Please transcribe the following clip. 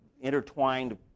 intertwined